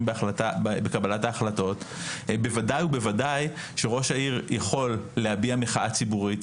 בקבלת ההחלטות בוודאי ובוודאי שראש העיר יכול להביע מחאה ציבורית,